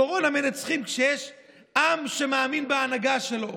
קורונה מנצחים כשיש עם שמאמין בהנהגה שלו.